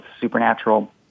supernatural